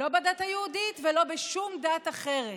לא בדת היהודית ולא בשום דת אחרת.